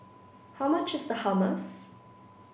how much is Hummus